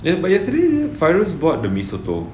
but yesterday fairuz bought the mee soto